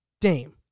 Dame